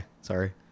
Sorry